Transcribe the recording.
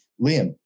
Liam